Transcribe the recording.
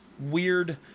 Weird